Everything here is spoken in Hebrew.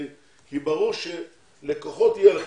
כי ברור שלקוחות יהיו לך.